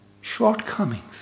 shortcomings